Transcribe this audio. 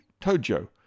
Tojo